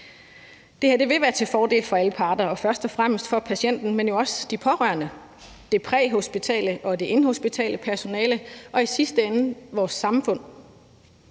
Det her vil være til fordel for alle parter og først og fremmest for patienten, men jo også for de pårørende, det præhospitale og det inhospitale personale og i sidste ende vores samfund.